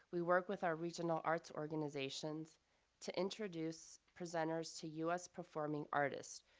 we work with our regional arts organizations to introduce presenters to us performing artists,